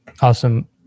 Awesome